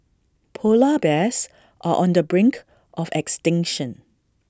Polar Bears are on the brink of extinction